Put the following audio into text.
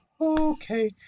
Okay